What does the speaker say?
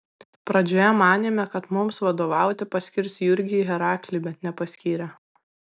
pradžioje manėme kad mums vadovauti paskirs jurgį heraklį bet nepaskyrė